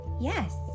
Yes